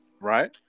Right